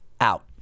out